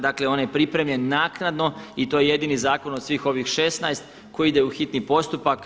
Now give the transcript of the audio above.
Dakle, on je pripremljen naknadno i to je jedini zakon od svih ovih 16 koji ide u hitni postupak.